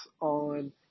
on